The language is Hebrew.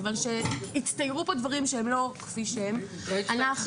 כיוון שהצטיירו פה דברים שהם לא כפי שהם אנחנו